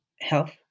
health